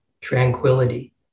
tranquility